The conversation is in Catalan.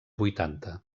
vuitanta